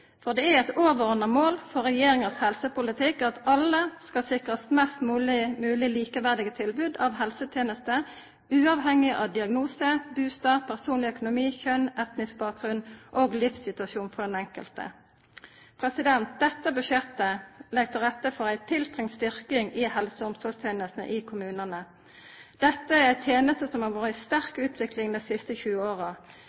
teken. Det er eit overordna mål for regjeringas helsepolitikk at alle skal sikrast mest mogleg likeverdig tilbod av helsetenester uavhengig av diagnose, bustad, personleg økonomi, kjønn, etnisk bakgrunn og livssituasjon for den enkelte. Dette budsjettet legg til rette for ei tiltrengt styrking i helse- og omsorgstenestene i kommunane. Dette er ei teneste som har vore